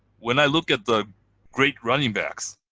when i look at the great running backs,